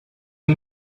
who